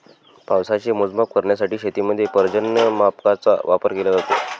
पावसाचे मोजमाप करण्यासाठी शेतीमध्ये पर्जन्यमापकांचा वापर केला जातो